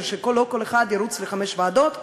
ושלא כל אחד ירוץ לחמש ועדות,